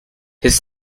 his